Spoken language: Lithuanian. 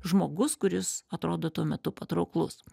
žmogus kuris atrodo tuo metu patrauklus